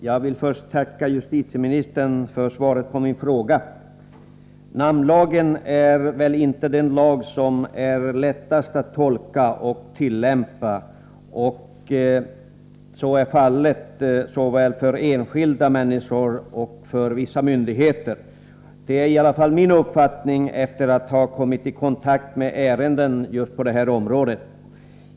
Herr talman! Först vill jag tacka justitieministern för svaret på min fråga. Namnlagen är väl inte den lag som är lättast att tolka och tillämpa. Detta gäller såväl för enskilda människor som för vissa myndigheter. Det är i alla fall min uppfattning, efter att ha kommit i kontakt med ärenden på just detta område.